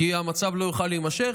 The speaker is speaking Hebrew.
כי המצב לא יוכל להימשך,